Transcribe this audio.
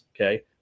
okay